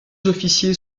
officiers